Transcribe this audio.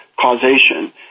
causation